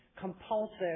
compulsive